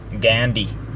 gandhi